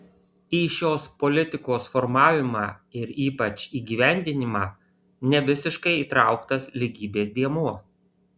į šios politikos formavimą ir ypač įgyvendinimą nevisiškai įtrauktas lygybės dėmuo